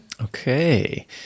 Okay